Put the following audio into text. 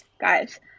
guys